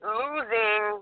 losing